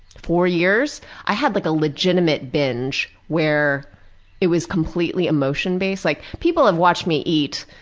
four years i had like a legitimate binge, where it was completely emotioned based. like people have watched me eat,